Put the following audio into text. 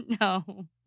No